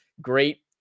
great